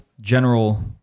general